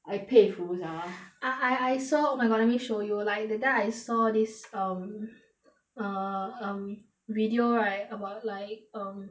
I 佩服 sia I I I saw oh my god let me show you like that time I saw this um uh um video right about like um